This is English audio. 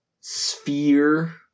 sphere